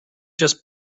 just